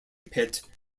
pit